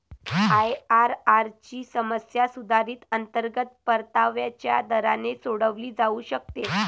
IRR ची समस्या सुधारित अंतर्गत परताव्याच्या दराने सोडवली जाऊ शकते